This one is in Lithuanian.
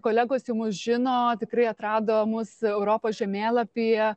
kolegos jau mus žino tikrai atrado mus europos žemėlapyje